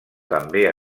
també